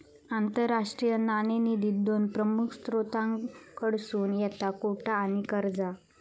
आंतरराष्ट्रीय नाणेनिधी दोन प्रमुख स्त्रोतांकडसून येता कोटा आणि कर्जा